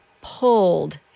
pulled